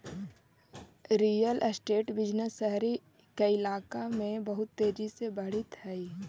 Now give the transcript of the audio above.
real estate business शहरी कइलाका में बहुत तेजी से बढ़ित हई